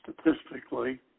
statistically